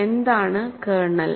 എന്താണ് കേർണൽ